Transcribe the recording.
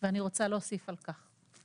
ואני רוצה להוסיף על כך.